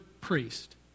priest